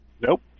Nope